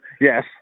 yes